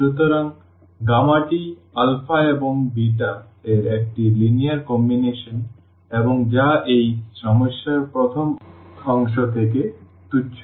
সুতরাং টি এবং β এর একটি লিনিয়ার কম্বিনেশন এবং যা এই সমস্যার প্রথম অংশ থেকে তুচ্ছ